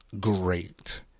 great